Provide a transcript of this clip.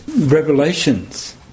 revelations